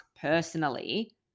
personally